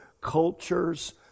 cultures